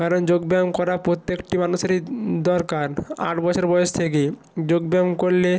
কারণ যোগব্যায়াম করা প্রত্যেকটি মানুষেরই দরকার আট বছর বয়েস থেকেই যোগব্যায়াম করলে